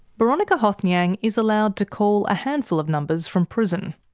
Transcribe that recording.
boronika hothnyang is allowed to call a handful of numbers from prison.